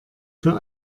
für